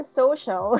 social